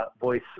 voice